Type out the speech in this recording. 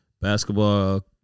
basketball